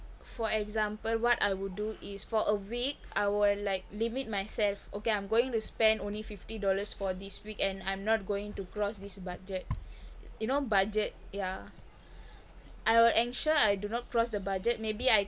for example what I would do is for a week I will like limit myself okay I'm going to spend only fifty dollars for this week and I'm not going to cross this budget you know budget ya I will ensure I do not cross the budget maybe I